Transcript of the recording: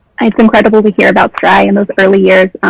i it's incredible we hear about stri in the early years.